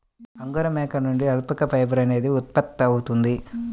angora మేకల నుండి alpaca fibre అనేది ఉత్పత్తవుతుంది